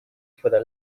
for